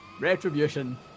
Retribution